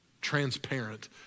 transparent